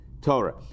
Torah